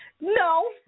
No